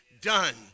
done